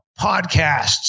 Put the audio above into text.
podcasts